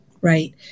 Right